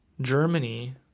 Germany